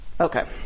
Okay